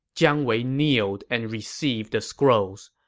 jiang wei kneeled and received the scrolls.